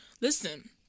listen